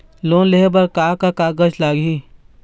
Loan लेहे बर का का कागज लगही?